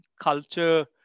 culture